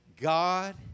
God